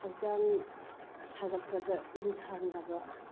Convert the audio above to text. ꯍꯛꯆꯥꯡ ꯁꯥꯒꯠꯄꯗ ꯏꯪꯊꯍꯟꯅꯕ